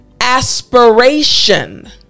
aspiration